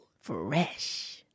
Fresh